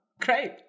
Great